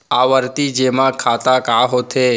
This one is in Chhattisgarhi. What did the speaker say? आवर्ती जेमा खाता का होथे?